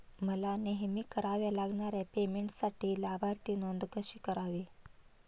मला नेहमी कराव्या लागणाऱ्या पेमेंटसाठी लाभार्थी नोंद कशी करावी?